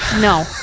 No